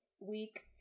week